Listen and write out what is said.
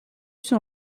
son